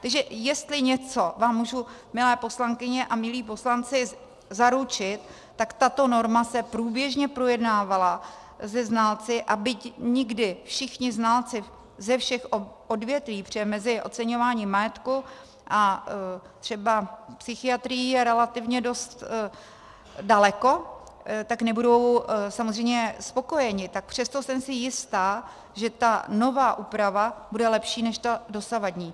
Takže jestli něco vám můžu, milé poslankyně a milí poslanci, zaručit, tak tato norma se průběžně projednávala se znalci, a byť nikdy všichni znalci ze všech odvětví, protože mezi oceňováním majetku a třeba psychiatrií je relativně dost daleko, nebudou samozřejmě spokojeni, tak přesto jsem si jista, že ta nová úprava bude lepší než ta dosavadní.